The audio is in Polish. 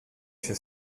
się